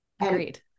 Agreed